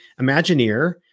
Imagineer